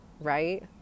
right